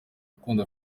urukundo